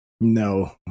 No